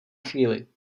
chvíli